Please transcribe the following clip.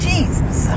Jesus